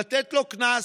לתת לו קנס.